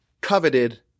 coveted